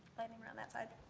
lightning round that side.